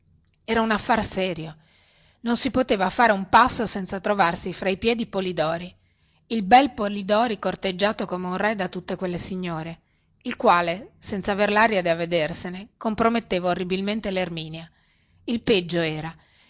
era un affar serio non si poteva fare un passo senza trovarsi fra i piedi polidori il bel polidori corteggiato come un re da tutte quelle signore il quale senza aver laria di avvedersene comprometteva orribilmente lerminia il peggio era